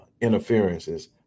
interferences